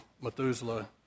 Methuselah